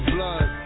Blood